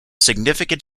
significant